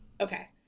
Okay